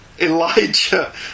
Elijah